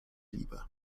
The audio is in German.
lieber